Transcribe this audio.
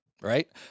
Right